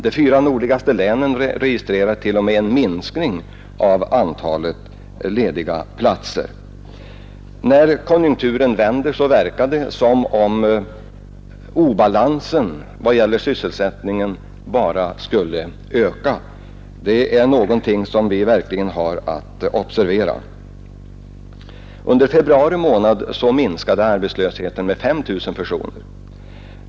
De fyra nordligaste länen registrerar t.o.m. en minskning av antalet lediga platser. När konjunkturen vänder verkar det som om obalansen vad gäller sysselsättningen bara skulle öka. Det är något som vi verkligen har att i tid observera. Under februari månad minskade arbetslösheten med 5 000 personer.